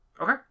Okay